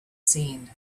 seen